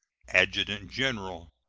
adjutant-general.